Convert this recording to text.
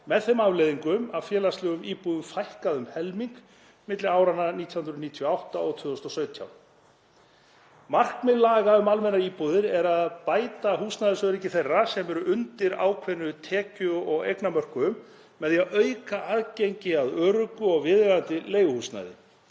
með þeim afleiðingum að félagslegum íbúðum fækkaði um helming milli áranna 1998 og 2017. Markmið laga um almennar íbúðir er að bæta húsnæðisöryggi þeirra sem eru undir ákveðnum tekju- og eignamörkum með því að auka aðgengi að öruggu og viðeigandi leiguhúsnæði.